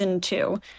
two